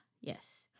Yes